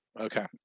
Okay